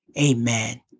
Amen